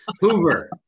Hoover